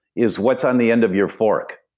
is what's on the end of your fork